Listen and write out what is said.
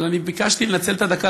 אבל אני ביקשתי לנצל את הדקה,